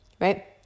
right